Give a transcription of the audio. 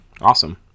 Awesome